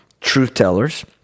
truth-tellers